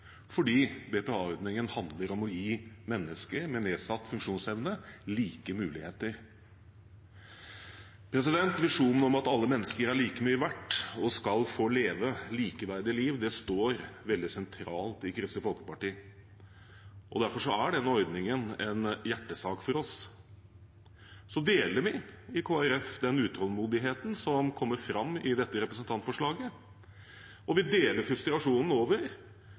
fordi BPA-ordningen handler om å gi mennesker med nedsatt funksjonsevne like muligheter. Visjonen om at alle mennesker er like mye verdt og skal få leve likeverdige liv, står veldig sentralt i Kristelig Folkeparti, og derfor er denne ordningen en hjertesak for oss. Vi i Kristelig Folkeparti deler den utålmodigheten som kommer fram i dette representantforslaget, og vi deler frustrasjonen over